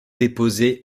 déposés